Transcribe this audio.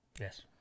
Yes